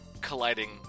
colliding